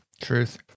Truth